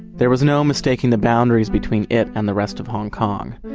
there was no mistaking the boundaries between it and the rest of hong kong.